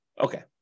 Okay